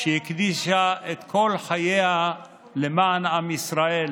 שהקדישה את כל חייה למען עם ישראל,